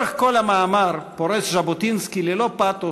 לאורך כל המאמר פורס ז'בוטינסקי, ללא פתוס,